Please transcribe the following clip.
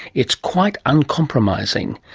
it's quite uncompromising.